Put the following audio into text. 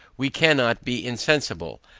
we cannot be insensible,